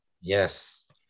yes